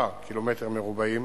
קילומטר מרובע,